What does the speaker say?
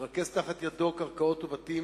לרכז תחת ידו קרקעות ובתים